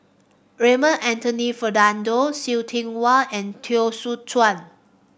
Raymond Anthony Fernando See Tiong Wah and Teo Soon Chuan